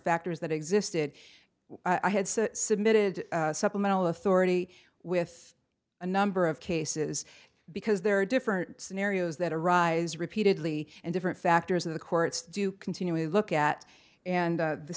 factors that existed i had submitted a supplemental authority with a number of cases because there are different scenarios that arise repeatedly and different factors of the courts do continually look at and